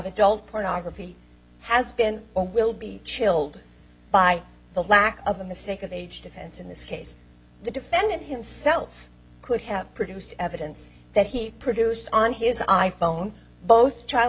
adult pornography has been or will be chilled by the lack of a mistake of age defense in this case the defendant himself could have produced evidence that he produced on his i phone both child